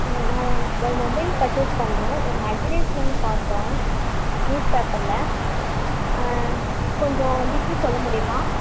நான் ஒரு ஒரு மொபைல் பர்ச்சேஸ் பண்ணனும் உங்கள் அட்வர்டைஸ்மெண்ட் பார்த்தோம் நியூஸ் பேப்பரில் கொஞ்சம் டீட்டெயில்ஸ் சொல்ல முடியுமா